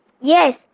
Yes